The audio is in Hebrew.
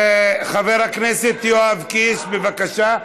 חבר הכנסת יואב קיש, בבקשה.